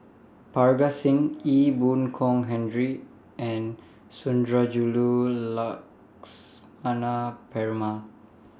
Parga Singh Ee Boon Kong Henry and Sundarajulu Lakshmana Perumal